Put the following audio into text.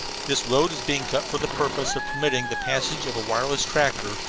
this road is being cut for the purpose of permitting the passage of a wireless tractor,